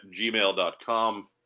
gmail.com